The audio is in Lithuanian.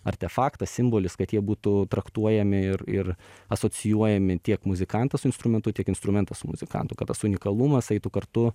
artefaktas simbolis kad jie būtų traktuojami ir ir asocijuojami tiek muzikantas su instrumentu tiek instrumentas muzikantu kad tas unikalumas eitų kartu